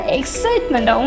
excitement